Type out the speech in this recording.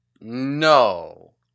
No